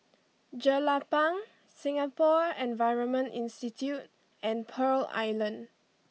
Jelapang Singapore Environment Institute and Pearl Island